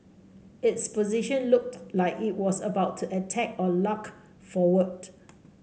its position looked like it was about to attack or lunge forward